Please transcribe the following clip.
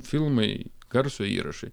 filmai garso įrašai